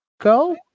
go